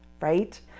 right